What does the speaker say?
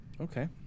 Okay